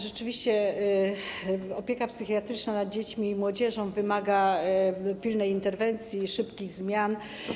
Rzeczywiście opieka psychiatryczna nad dziećmi i młodzieżą wymaga pilnej interwencji i szybkich zmian.